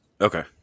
Okay